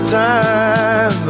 time